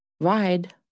ride